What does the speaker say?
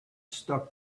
stuck